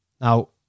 Now